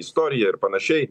istoriją ir panašiai